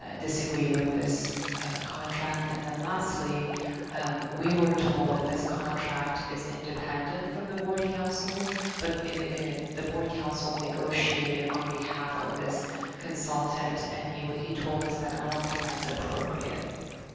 ah disagree with this contract and then lastly we were told that this contract is independent from the board council but in the board council negotiated on behalf of this consultant and he would he told us that i don't think that's appropriate